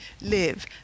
live